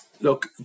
look